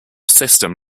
system